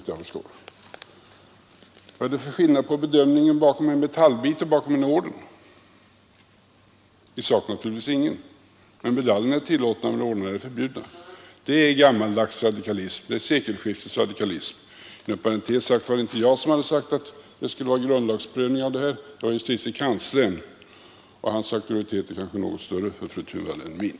Vad är det för skillnad på bedömningen bakom en metallbit och bakom en orden? I sak naturligtvis ingen. Medaljer är tillåtna men ordnar är förbjudna. Det är sekelskift radikalism. Inom parentes sagt är det inte jag som ansett att frågan borde grundlagsprövas utan justitiekanslern, och hans auktoriet är kanske något större för fru Thunvall än min.